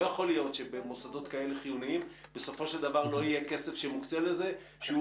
לא יכול להיות שבמוסדות כל כך חיוניים לא יהיה כסף שמוקצה לזה שהוא,